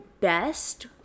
best